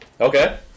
Okay